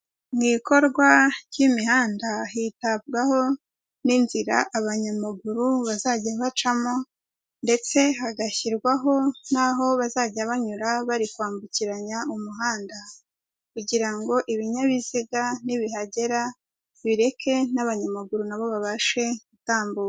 Mu ikorwa ry'imihanda hitabwaho n'inzira abanyamaguru bazajya bacamo ndetse hagashyirwaho naho bazajya banyura bari kwambukiranya umuhanda, kugira ngo ibinyabiziga nibihagera bireke n'abanyamaguru na bo babashe gutambuka.